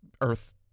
Earth